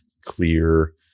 clear